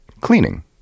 cleaning